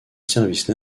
service